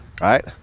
right